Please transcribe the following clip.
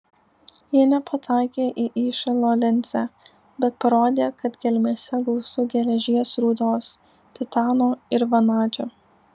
jie nepataikė į įšalo linzę bet parodė kad gelmėse gausu geležies rūdos titano ir vanadžio